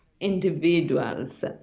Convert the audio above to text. individuals